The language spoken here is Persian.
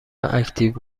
اکتیو